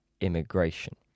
immigration